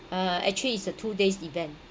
uh actually it's a two days event